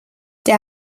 der